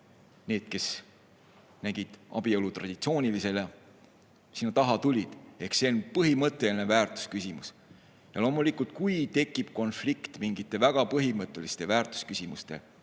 need, kes nägid abielu traditsioonilisena – sinna taha tulid. Ehk see on põhimõtteline väärtusküsimus. Ja loomulikult, kui tekib konflikt mingite väga põhimõtteliste väärtusküsimuste